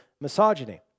misogyny